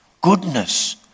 goodness